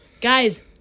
Guys